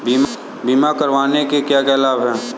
बीमा करवाने के क्या क्या लाभ हैं?